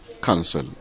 council